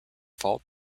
fault